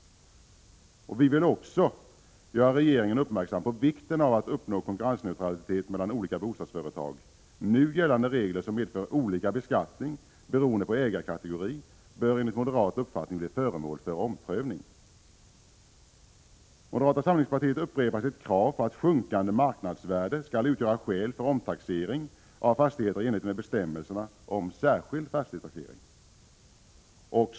Vi vill också göra regeringen uppmärksam på vikten av att uppnå konkurrensneutralitet mellan olika bostadsföretag. Nu gällande regler, som medför olika beskattning beroende på ägarkategori, bör enligt moderat uppfattning bli föremål för omprövning. Moderata samlingspartiet upprepar sitt krav på att sjunkande marknadsvärde skall utgöra skäl för omtaxering av fastigheter i enlighet med bestämmelserna om särskild fastighetstaxering.